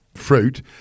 fruit